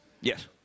yes